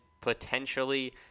potentially